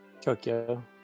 Tokyo